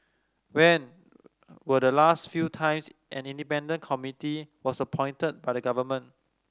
when were the last few times an independent committee was appointed by the government